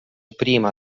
prima